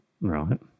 Right